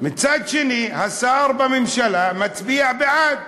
השר בממשלה מצביע בעד.